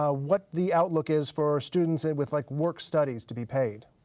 ah what the outlook is for students and with like work studies to be paid?